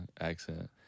accent